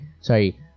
Sorry